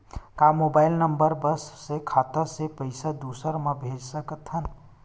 का mobile number बस से खाता से पईसा दूसरा मा भेज सकथन?